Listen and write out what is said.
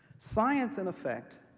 science, in effect,